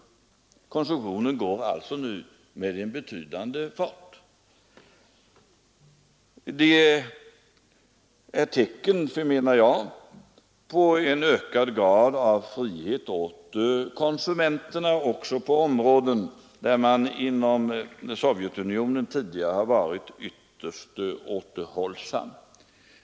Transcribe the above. Konsumtionen går alltså nu med en betydande fart. Det är tecken, förmenar jag, på ökad grad av frihet åt konsumenterna också på områden där man inom Sovjetunionen tidigare varit ytterst återhållsam.